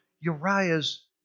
Uriah's